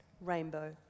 rainbow